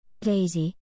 Daisy